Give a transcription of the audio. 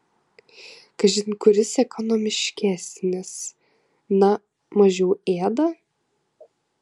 kažin kuris ekonomiškesnis na mažiau ėda